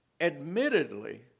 admittedly